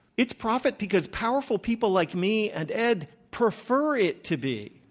it's profit because powerful people like me and ed prefer it to be.